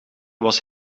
was